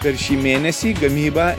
per šį mėnesį gamybą